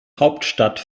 hauptstadt